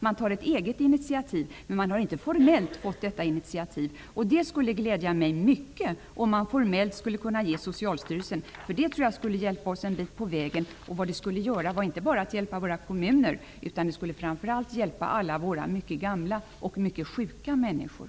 Man tar ett eget iniativ, men har inte formellt fått ett sådant uppdrag. Det skulle glädja mig mycket om man formellt skulle kunna ge ett sådant till Socialstyrelsen. Jag tror att det skulle hjälpa oss ett stycke på vägen. Det skulle inte bara hjälpa våra kommuner utan framför allt också många mycket gamla och sjuka människor.